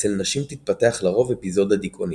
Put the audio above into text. אצל נשים תתפתח לרוב אפיזודה דיכאונית.